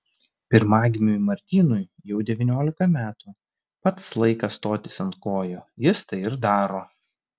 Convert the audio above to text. pirmagimiui martynui jau devyniolika metų pats laikas stotis ant kojų jis tai ir daro